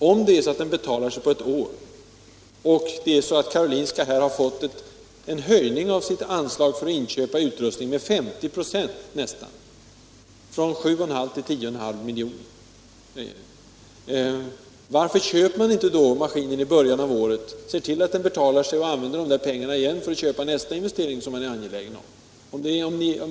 Om den betalar sig på ett år och Karolinska sjukhuset har fått en höjning av sitt anslag för inköp av utrustning med nästan 50 96 för nästa år, från 7,5 till 10,5 milj.kr., varför köper man då inte apparaten i början av året, ser till att den betalar sig och använder de insparade pengarna till nästa investering som man är angelägen om att göra? Det är min fråga till Göran Karlsson på den punkten.